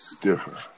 different